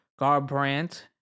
garbrandt